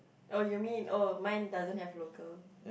uh you mean oh mine doesn't have local